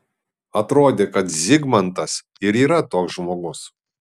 atrodė kad zigmantas ir yra toks žmogus